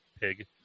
pig